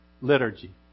liturgy